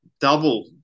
double